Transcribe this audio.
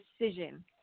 decision